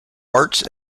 arts